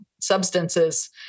substances